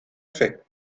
fait